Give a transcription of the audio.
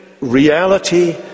reality